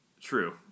True